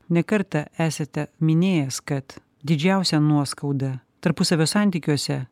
ne kartą esate minėjęs kad didžiausią nuoskaudą tarpusavio santykiuose